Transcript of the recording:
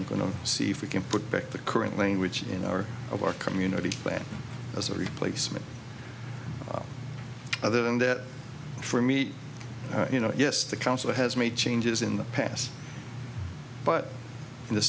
i'm going to see if we can put back the current language in our of our community that as a replacement other than that for me you know yes the council has made changes in the past but in the